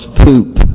poop